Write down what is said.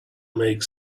make